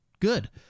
Good